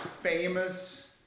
famous